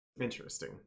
Interesting